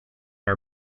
her